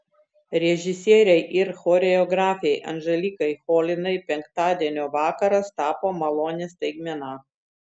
režisierei ir choreografei anželikai cholinai penktadienio vakaras tapo malonia staigmena